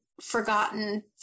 forgotten